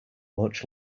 much